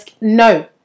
no